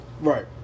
Right